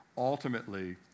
Ultimately